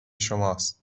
شماست